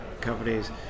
companies